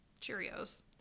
Cheerios